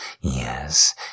yes